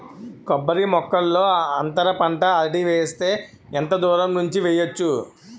కొబ్బరి మొక్కల్లో అంతర పంట అరటి వేస్తే ఎంత దూరం ఉంచి వెయ్యొచ్చు?